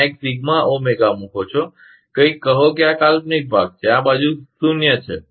ત્યાં એક sigma omega મુકો છો કંઈક કહો કે આ કાલ્પનિક ભાગ છે આ બાજુ આ શૂન્ય છે